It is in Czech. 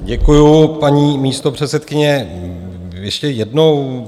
Děkuju, paní místopředsedkyně, ještě jednou.